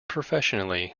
professionally